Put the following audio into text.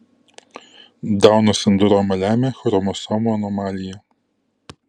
dauno sindromą lemia chromosomų anomalija